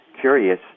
curious